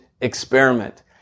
experiment